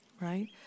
right